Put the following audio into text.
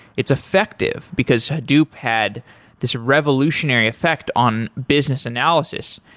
it's effective, because hadoop had this revolutionary effect on business analysis.